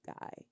guy